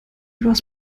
was